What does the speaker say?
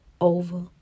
over